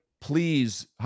please